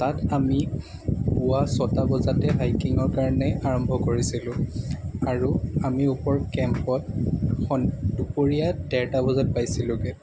তাত আমি পুৱা ছয়টা বজাতে হাইকিঙৰ কাৰণে আৰম্ভ কৰিছিলোঁ আৰু আমি ওপৰ কেম্পত সন দুপৰীয়া ডেৰটা বজাত পাইছিলোঁগৈ